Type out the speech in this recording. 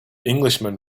englishman